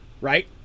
right